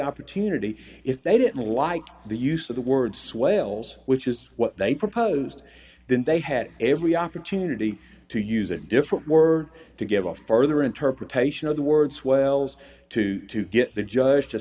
opportunity if they didn't like the use of the word swells which is what they proposed then they had every opportunity to use a different word to give a further interpretation of the word swells to to get the judge to